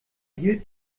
hielt